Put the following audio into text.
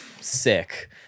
sick